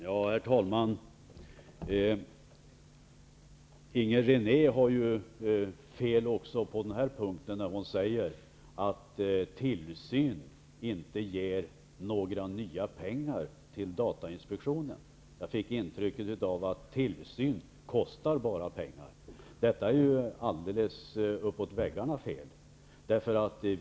Herr talman! Inger René har fel också när hon säger att tillsyn inte ger några nya pengar till datainspektionen. Jag fick intrycket att tillsyn bara kostar pengar. Det är alldeles uppåt väggarna fel.